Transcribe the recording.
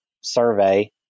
survey